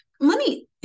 Money